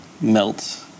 melt